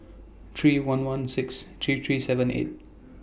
three one one six three three seven eight